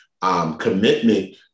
commitment